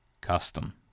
custom